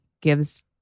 gives